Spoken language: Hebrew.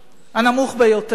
הנמוך ביותר.